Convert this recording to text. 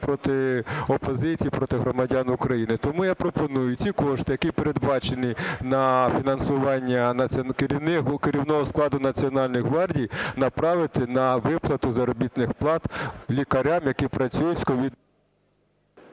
проти опозиції, проти громадян України. Тому я пропоную ці кошти, які передбачені на фінансування керівного складу Національної гвардії, направити на виплату заробітних плат лікарям, які працюють з…